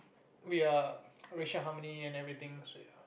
we are racial harmony and everything so ya